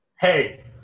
Hey